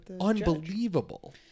Unbelievable